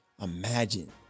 imagine